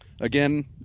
Again